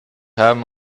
haben